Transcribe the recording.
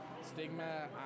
stigma